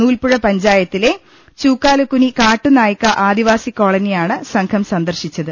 നൂൽപ്പുഴ പഞ്ചായത്തിലെ ചുക്കാലുകുനി കാട്ടുനായ്ക ആദി വാസികോളനിയാണ് സംഘം സന്ദർശിച്ചത്